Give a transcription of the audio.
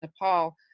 Nepal